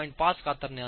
5 कातरणे असेल